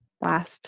last